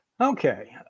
Okay